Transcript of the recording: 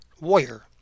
warrior